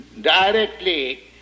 Directly